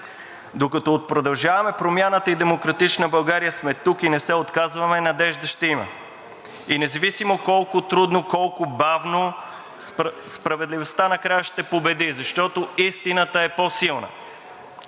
Докато от „Продължаваме Промяната“ и „Демократична България“ сме тук и не се отказваме, надежда ще има. И независимо колко трудно, колко бавно, справедливостта накрая ще победи, защото истината е по-силна.